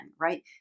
right